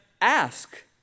ask